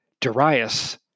Darius